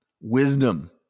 wisdom